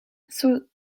sans